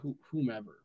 whomever